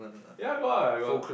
ya got lah I got